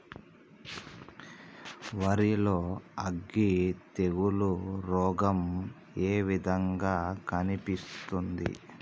వరి లో అగ్గి తెగులు రోగం ఏ విధంగా కనిపిస్తుంది?